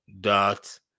dot